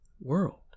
world